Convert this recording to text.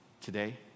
today